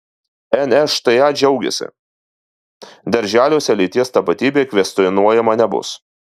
nšta džiaugiasi darželiuose lyties tapatybė kvestionuojama nebus